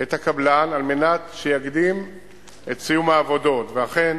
את הקבלן על מנת שיקדים את סיום העבודות, ואכן